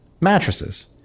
mattresses